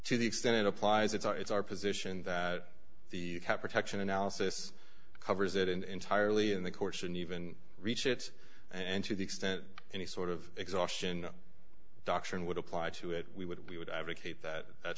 to the extent it applies it's our it's our position that the protection analysis covers it entirely in the courts and even reach it and to the extent any sort of exhaustion doctrine would apply to it we would we would advocate that that